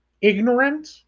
ignorant